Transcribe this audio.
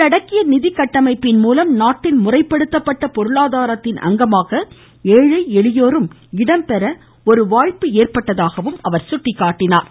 உள்ளடக்கிய நிதிக்கட்டமைப்பின் ழலம் நாட்டின் முறைப்படுத்தப்பட்ட பொருளாதாரத்தின் அங்கமாக ஏழை எளியோரும் இடம்பெற வாய்ப்பு ஏற்பட்டதாக அவர் எடுத்துரைத்தார்